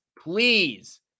please